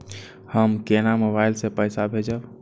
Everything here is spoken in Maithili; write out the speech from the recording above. हम केना मोबाइल से पैसा भेजब?